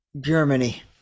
Germany